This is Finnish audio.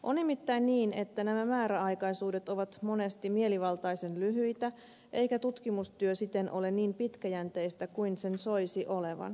on nimittäin niin että nämä määräaikaisuudet ovat monesti mielivaltaisen lyhyitä eikä tutkimustyö siten ole niin pitkäjänteistä kuin sen soisi olevan